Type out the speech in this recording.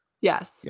Yes